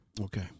Okay